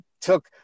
took